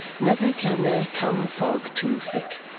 never can there come fog too thick,